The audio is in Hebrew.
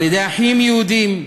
על-ידי אחים יהודים,